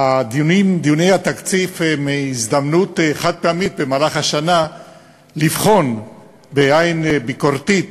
דיוני התקציב הם הזדמנות חד-פעמית במהלך השנה לבחון בעין ביקורתית